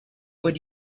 would